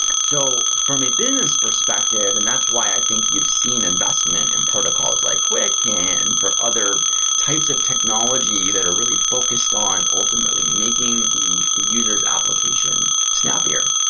so, from a business perspective, and that's why i think you've seen investment in protocols like quick and for other types of technology that are really focused on ultimately making the the user s application snappier.